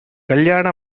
கல்யாண